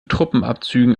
truppenabzügen